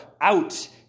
out